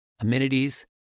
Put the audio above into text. amenities